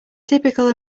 typical